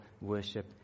worship